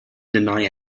deny